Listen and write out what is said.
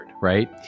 right